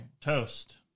toast